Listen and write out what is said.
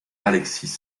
alexis